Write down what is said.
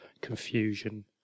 confusion